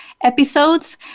episodes